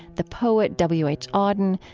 the poet w h. auden,